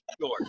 sure